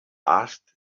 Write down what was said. asked